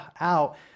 out